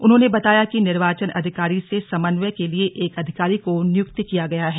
उन्होंने बताया कि निर्वाचन अधिकारी से समन्वय के लिए एक अधिकारी को नियुक्त किया गया है